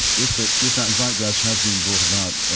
if that if that zeitgeist has been brought about,